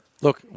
Look